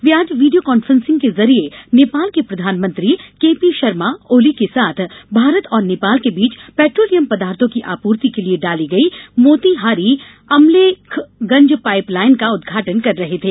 वे आज video conferencing के जरिये नेपाल के प्रधानमंत्री के पी शर्मा ओली के साथ भारत और नेपाल के बीच पेट्रोलियम पदार्थों की आपूर्ति के लिए डाली गई मोतीहारी अमलेखगंज पाइप लाइन का उद्घाटन कर रहे थे